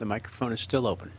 the microphone is still open